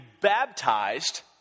baptized